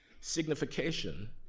signification